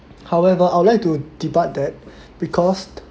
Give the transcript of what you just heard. however I would like to debut that because